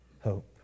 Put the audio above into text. hope